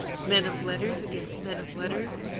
men of letters against men of letters,